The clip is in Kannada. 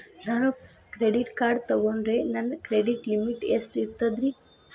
ನಾನು ಕ್ರೆಡಿಟ್ ಕಾರ್ಡ್ ತೊಗೊಂಡ್ರ ನನ್ನ ಕ್ರೆಡಿಟ್ ಲಿಮಿಟ್ ಎಷ್ಟ ಇರ್ತದ್ರಿ?